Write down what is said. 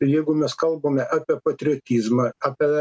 ir jeigu mes kalbame apie patriotizmą apie